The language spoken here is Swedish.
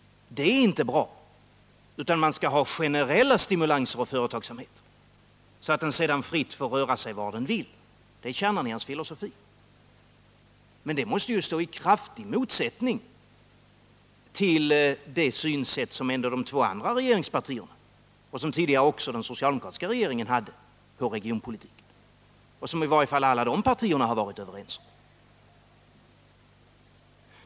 Man skall ha generella stimulanser av företagsamheten, så att den får röra sig fritt hur den vill. Det är kärnan i hans filosofi. Men detta måste ju stå i kraftig motsättning till de två andra regeringspartiernas synsätt, liksom också till den tidigare socialdemokratiska regeringens. I varje fall har alla dessa partier varit överens.